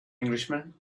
englishman